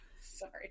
Sorry